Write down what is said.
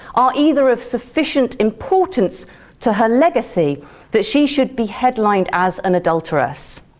are either of sufficient importance to her legacy that she should be headlined as an adulteress?